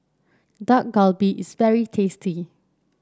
Dak Galbi is very tasty